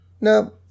No